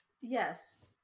yes